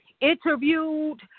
interviewed